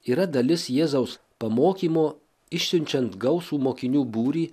yra dalis jėzaus pamokymo išsiunčiant gausų mokinių būrį